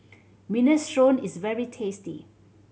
minestrone is very tasty